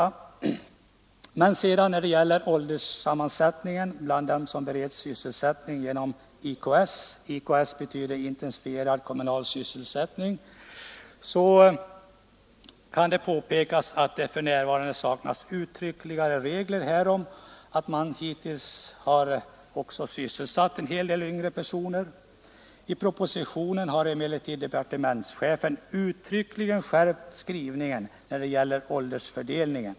När det sedan gäller ålderssammansättningen bland dem som bereds sysselsättning genom IKS-stödet kan det påpekas att det för närvarande saknas uttryckliga regler härom och att man hittills har sysselsatt en hel del yngre personer. I propositionen har emellertid departementschefen skärpt skrivningen när det gäller åldersfördelningen.